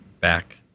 back